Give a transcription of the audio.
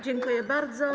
Dziękuję bardzo.